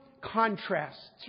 contrasts